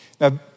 Now